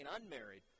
unmarried